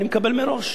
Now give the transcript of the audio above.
אני מקבל מראש.